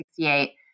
1968